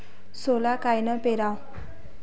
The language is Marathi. सोला कायनं पेराव?